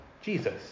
jesus